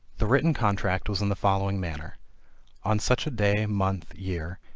the written contract was in the following manner on such a day, month, year,